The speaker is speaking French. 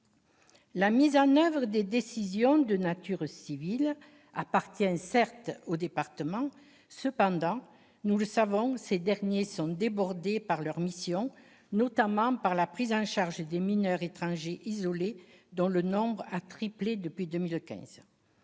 La mise en oeuvre des décisions de nature civile appartient certes aux départements. Cependant, nous le savons, ces derniers sont débordés par leurs missions, notamment par la prise en charge des mineurs étrangers isolés, dont le nombre a triplé depuis 2015.